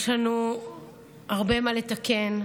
יש לנו הרבה מה לתקן,